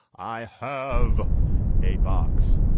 i have a box.